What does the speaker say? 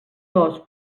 dos